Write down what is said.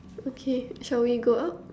okay shall we go out